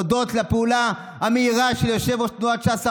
הודות לפעולה המהירה של יושב-ראש תנועת ש"ס,